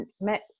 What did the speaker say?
met